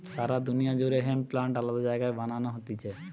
সারা দুনিয়া জুড়ে hemp plant আলাদা জায়গায় বানানো হতিছে